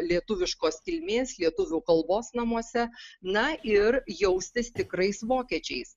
lietuviškos kilmės lietuvių kalbos namuose na ir jaustis tikrais vokiečiais